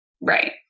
Right